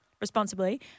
responsibly